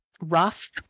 rough